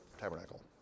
tabernacle